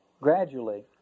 Gradually